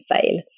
fail